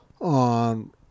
on